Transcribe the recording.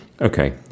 Okay